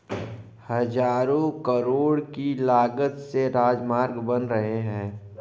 हज़ारों करोड़ की लागत से राजमार्ग बन रहे हैं